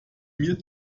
mir